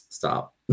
Stop